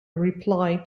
reply